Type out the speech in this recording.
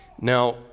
Now